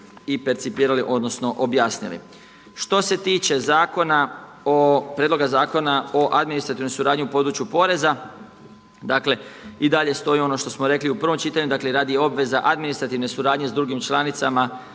i percipirali, odnosno objasnili. Što se tiče zakona o, Prijedloga zakona o administrativnoj suradnji u području poreza, dakle i dalje stoji ono što smo rekli u prvom čitanju. Dakle, radi obveza administrativne suradnje s drugim članicama,